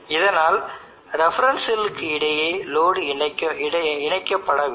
இதனால்ரெஃபரன்ஸ் செல்லுக்கு இடையே லோடு இணைக்கப்படவில்லை